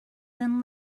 than